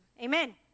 Amen